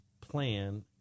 plan